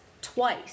twice